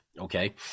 okay